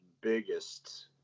biggest